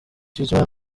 bizimana